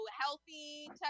healthy